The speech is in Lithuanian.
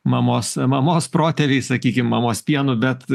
mamos mamos protėviais sakykim mamos pienu bet